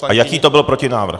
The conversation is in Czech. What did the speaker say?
A jaký to byl protinávrh?